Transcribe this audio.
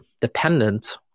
dependent